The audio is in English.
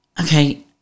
Okay